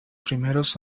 primeros